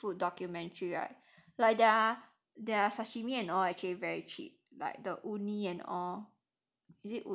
street food documentary right like there are their sashimi and all actually very cheap like the uni and all